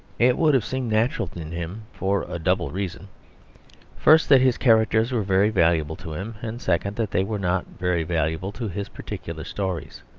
it would have seemed natural in him for a double reason first, that his characters were very valuable to him, and second that they were not very valuable to his particular stories.